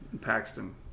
Paxton